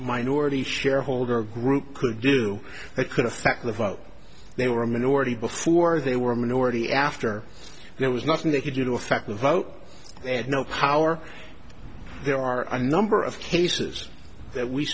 minority shareholder group could do that could affect the vote they were a minority before they were a minority after there was nothing they could do to affect the vote they had no power there are a number of cases that we